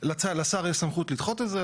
לשר יש סמכות לדחות את זה,